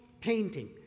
painting